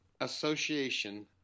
association